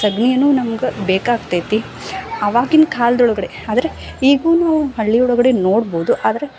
ಸಗಣಿನೂ ನಮಗೆ ಬೇಕಾಗ್ತೈತಿ ಅವಾಗಿನ ಕಾಲ್ದೊಳಗಡೆ ಆದರೆ ಈಗೂನು ಹಳ್ಳಿ ಒಳಗಡೆ ನೋಡ್ಬೋದು ಆದರೆ